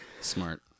Smart